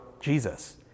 Jesus